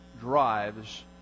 drives